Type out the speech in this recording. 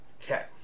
Okay